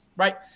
Right